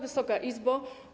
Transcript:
Wysoka Izbo!